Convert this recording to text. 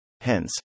Hence